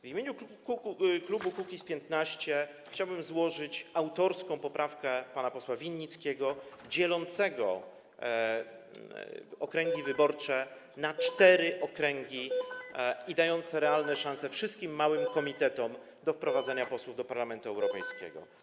W imieniu klubu Kukiz’15 chciałbym złożyć autorską poprawkę pana posła Winnickiego dzielącą okręgi wyborcze na cztery okręgi i dającą realne szanse wszystkim małym komitetom na wprowadzenie posłów do Parlamentu Europejskiego.